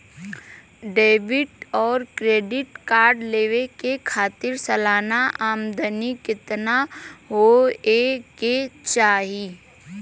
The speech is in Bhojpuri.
डेबिट और क्रेडिट कार्ड लेवे के खातिर सलाना आमदनी कितना हो ये के चाही?